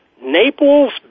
naples